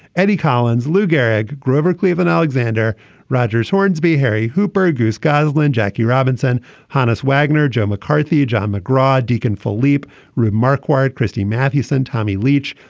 eddie collins. lou gehrig. grover cleveland. alexander rogers hornsby. harry hooper. goose goslin. jackie robinson. honus wagner. joe mccarthy. john mcgraw deacon. felipe remarque wired. kristi matheson. tommy leach.